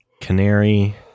Canary